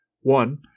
One